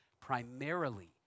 primarily